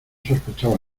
sospecha